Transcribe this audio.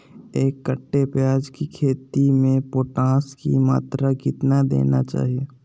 एक कट्टे प्याज की खेती में पोटास की मात्रा कितना देना चाहिए?